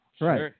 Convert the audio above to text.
Right